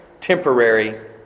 temporary